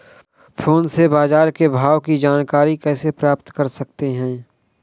Phone से बाजार के भाव की जानकारी कैसे प्राप्त कर सकते हैं?